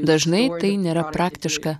dažnai tai nėra praktiška